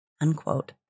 Unquote